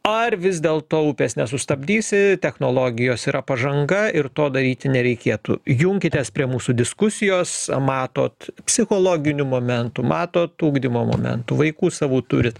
ar vis dėlto upės nesustabdysi technologijos yra pažanga ir to daryti nereikėtų junkitės prie mūsų diskusijos matot psichologiniu momentų matot ugdymo momentų vaikų savų turit